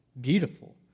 beautiful